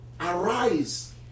arise